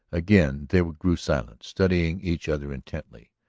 again they grew silent, studying each other intently.